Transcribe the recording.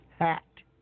hacked